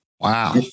Wow